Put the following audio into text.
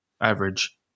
average